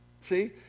See